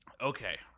Okay